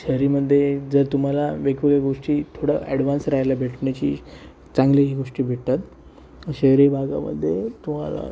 शहरीमध्ये जर तुम्हाला वेगवेगळ्या गोष्टी थोडं ॲडवान्स राहायला भेटण्याची चांगलीही गोष्टी भेटतात शहरी भागामध्ये तुम्हाला